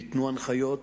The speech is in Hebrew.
ניתנו הנחיות